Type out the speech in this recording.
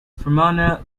fermanagh